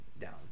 down